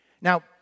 Now